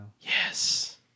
Yes